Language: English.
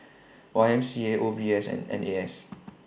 Y M C A O B S and N A S